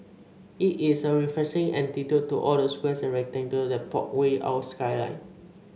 it is a refreshing antidote to all the squares and rectangles that pock we our skyline